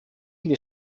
die